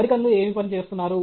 అమెరికన్లు ఏమి పని చేస్తున్నారు